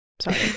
sorry